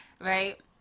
Right